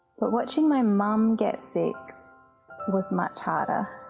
but watching my mum get sick was much harder.